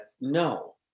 no